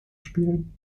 spielen